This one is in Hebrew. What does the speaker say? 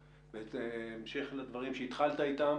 בהמשך לדברים שהתחלת איתם,